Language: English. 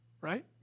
right